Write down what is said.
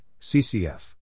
CCF